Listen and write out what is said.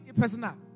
personal